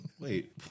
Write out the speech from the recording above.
Wait